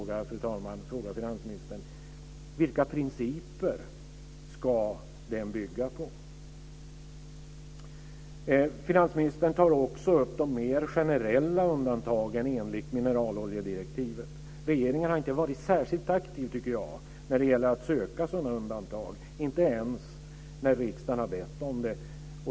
Jag vill fråga finansministern vilka principer den ska bygga på. Finansministern tar också upp de mer generella undantagen enligt mineraloljedirektivet. Jag tycker inte att regeringen har varit särskilt aktiv när det gäller att söka sådana undantag, inte ens när riksdagen har bett om det.